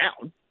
down